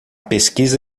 pesquisa